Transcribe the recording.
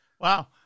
Wow